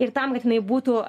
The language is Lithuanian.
ir tam kad jinai būtų